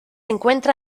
encuentra